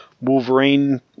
wolverine